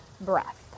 breath